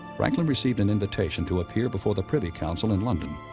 franklin received an invitation to appear before the privy council in london.